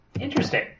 Interesting